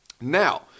Now